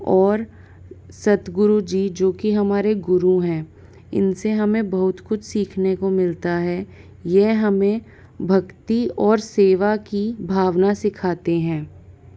और सद्गुरु जी जो कि हमारे गुरु हैं इनसे हमें बहुत कुछ सीखने को मिलता है यह हमें भक्ति और सेवा की भावना सीखाते हैं